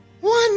One